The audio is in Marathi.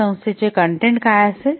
संस्थेचे कन्टेन्ट काय असेल